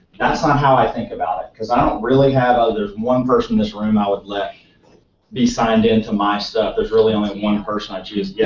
that's not how i think about it because i don't really have, ah there's one person in this room i would let be signed into my stuff, there's really only one person i'd choose. yeah